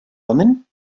omen